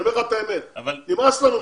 אני אומר לך את האמת, נמאס לנו מזה.